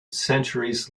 centuries